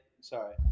Sorry